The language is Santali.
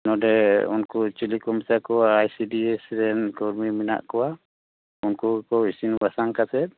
ᱱᱚᱸᱰᱮ ᱩᱱᱠᱩ ᱪᱤᱞᱤ ᱠᱚ ᱢᱮᱛᱟ ᱠᱚᱣᱟ ᱟᱭᱥᱤᱰᱤᱭᱮᱥ ᱨᱮᱱ ᱠᱚᱨᱢᱤ ᱢᱮᱱᱟᱜ ᱠᱚᱣᱟ ᱩᱱᱠᱩ ᱜᱮᱠᱚ ᱤᱥᱤᱱ ᱵᱟᱥᱟᱝ ᱠᱟᱛᱮ